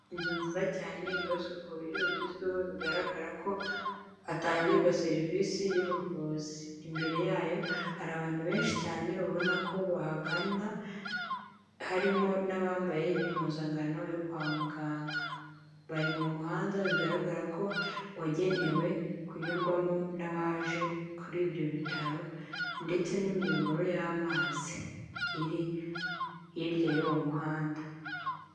Inzu nziza cyane yubatswe ku buryo bugezweho bigaragara ko, hatangirwa serivisi y'ubuvuzi, imbere yayo hari abantu benshi cyane ubona ko bahangana, harimo n'abambaye impuzankano yo kwa muganga, bari mu muhanda bigaragara ko wagenewe kunyurwamo n'abaje kuri ibyo bitaro ndetse n'imiyoboro y'amazi, iri hirya y'uwo muhanda.